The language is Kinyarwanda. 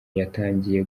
yatangiye